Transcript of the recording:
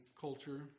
culture